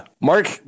mark